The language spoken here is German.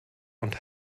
und